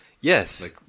Yes